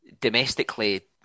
Domestically